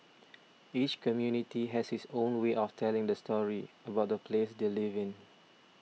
each community has its own way of telling the story about the place they live in